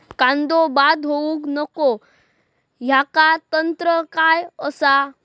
कांदो बाद होऊक नको ह्याका तंत्र काय असा?